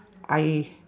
I